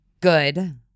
good